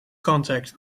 contact